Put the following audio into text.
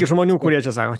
žmonių kurie čia sako